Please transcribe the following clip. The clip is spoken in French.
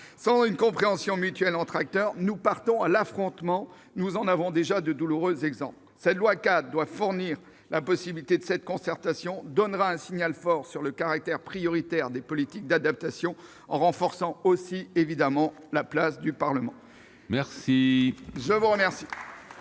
et une compréhension mutuelle entre acteurs, nous allons à l'affrontement- nous en avons déjà de douloureux exemples. Cette loi doit fournir le cadre de cette concertation et donnera un signal fort sur le caractère prioritaire des politiques d'adaptation, en renforçant aussi, évidemment, la place du Parlement. La parole est